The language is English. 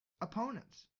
opponents